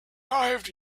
arrived